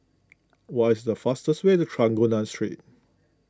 what is the fastest way to Trengganu Street